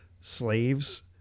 slaves